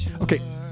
Okay